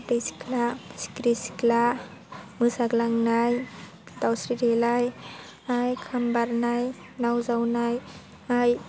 बारदै सिख्ला सिख्रि सिख्ला मोसाग्लांनाय दावस्रि देलाय लाय खाम बारनाय नाव जावनाय